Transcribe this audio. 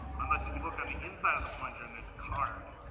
unless you look on the inside of the plunger and there's a card.